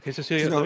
ah cecilia, so